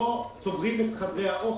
לא סוגרים את חדרי האוכל.